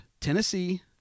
Tennessee